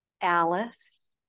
Alice